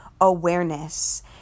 awareness